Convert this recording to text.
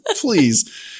Please